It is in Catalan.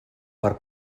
per